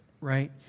right